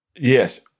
Yes